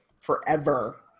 forever